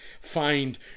find